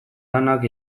lanak